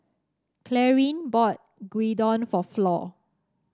Clarine bought Gyudon for Flor